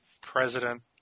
president